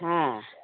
ꯍꯥ